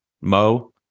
Mo